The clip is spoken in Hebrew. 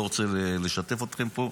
אני לא רוצה לשתף אתכם פה.